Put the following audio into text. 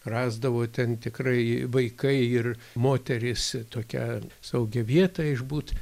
rasdavo ten tikrai vaikai ir moterys tokią saugią vietą išbūt